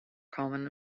common